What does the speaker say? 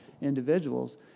individuals